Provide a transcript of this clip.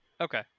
Okay